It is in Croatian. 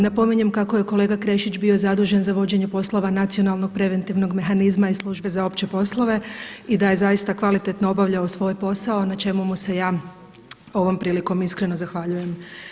Napominjem kako je kolega Krešić bio zadužen za vođenje poslova nacionalnog preventivnog mehanizma i Službe za opće poslove i da je zaista kvalitetno obavljao svoj posao, na čemu mu se ja ovom prilikom iskreno zahvaljujem.